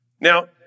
Now